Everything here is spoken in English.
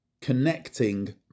Connecting